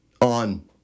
on